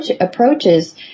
approaches